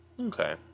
Okay